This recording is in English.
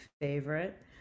favorite